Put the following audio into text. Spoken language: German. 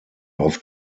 auf